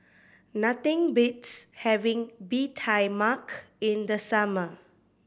nothing beats having Bee Tai Mak in the summer